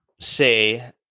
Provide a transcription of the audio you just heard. say